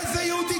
ילדים.